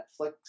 Netflix